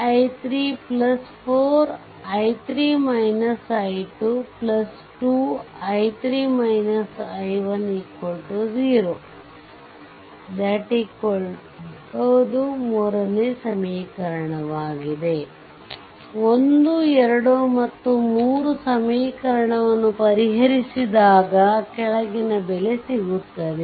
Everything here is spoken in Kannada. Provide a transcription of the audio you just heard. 1 2 ಮತ್ತು 3 ಸಮೀಕರಣವನ್ನು ಪರಿಹರಿಸಿದಾಗ ಕೆಳಗಿನ ಬೆಲೆ ಸಿಗುತ್ತದೆ